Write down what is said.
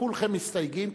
כולכם מסתייגים,